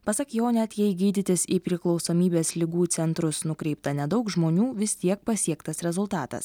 pasak jo net jei gydytis į priklausomybės ligų centrus nukreipta nedaug žmonių vis tiek pasiektas rezultatas